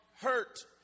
hurt